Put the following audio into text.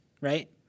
right